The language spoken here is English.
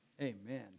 Amen